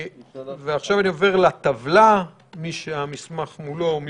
עכשיו אני עובר לטבלה, מי שהמסמך מולו.